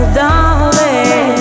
darling